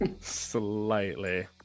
Slightly